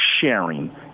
sharing